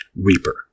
Reaper